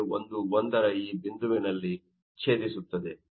011 ರ ಈ ಬಿಂದುವಿನಲ್ಲಿ ಛೇದಿಸುತ್ತದೆ ಎಂಬುದನ್ನು ನೀವು ನೋಡುತ್ತೀರಿ